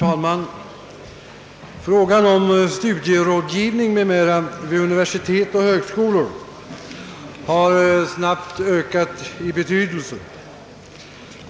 Herr talman! Studierådgivning m.m. vid universitet och högskolor har snabbt ökat i betydelse.